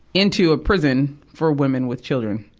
into a prison for women with children.